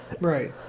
Right